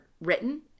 written